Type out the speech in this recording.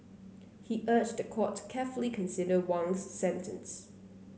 he urged the court to carefully consider Wang's sentence